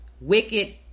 wicked